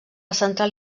central